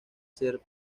ser